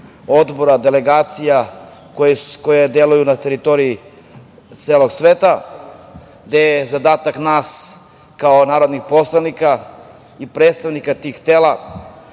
odbora i delegacija, koje deluju na teritoriji celog sveta, gde je zadatak nas kao narodnih poslanika i predstavnika tih tela,